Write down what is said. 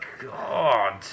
God